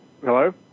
Hello